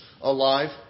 alive